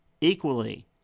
equally